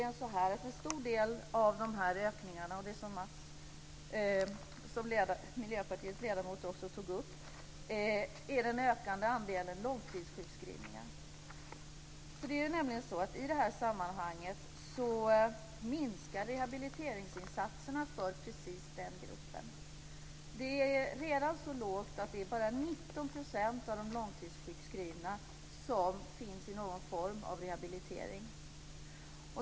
En stor del av de här ökningarna beror på den ökande andelen långtidssjukskrivningar, och det tog Miljöpartiets ledamot också upp. I det här sammanhanget minskar rehabiliteringsinsatserna för precis den gruppen. Det är redan så att det bara är 19 % av de långtidssjukskrivna som finns i någon form av rehabilitering.